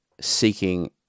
seeking